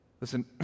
Listen